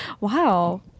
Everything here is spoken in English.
Wow